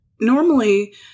normally